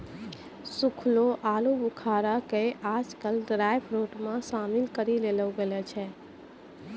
सूखलो आलूबुखारा कॅ आजकल ड्रायफ्रुट मॅ शामिल करी लेलो गेलो छै